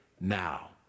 now